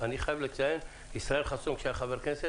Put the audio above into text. שאני חבר בוועדה הזאת,